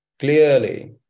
Clearly